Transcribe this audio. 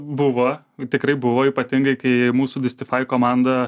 buvo tikrai buvo ypatingai kai mūsų distifai komanda